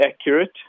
accurate